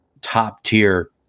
top-tier